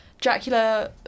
Dracula